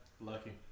Lucky